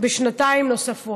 בשנתיים נוספות.